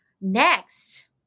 Next